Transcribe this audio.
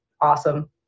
awesome